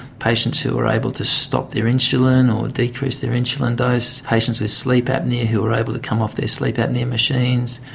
patients who are able to stop their insulin or decrease their insulin dose, patients patients with sleep apnoea who are able to come off their sleep apnoea machines,